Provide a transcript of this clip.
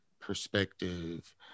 perspective